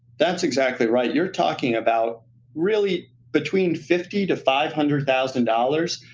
that's exactly right. you're talking about really between fifty to five hundred thousand dollars.